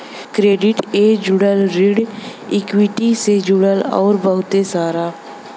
credit ए जुड़ल, ऋण इक्वीटी से जुड़ल अउर बहुते सारा